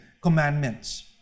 Commandments